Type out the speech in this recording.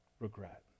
regret